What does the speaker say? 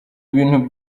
ibintu